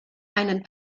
einen